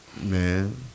Man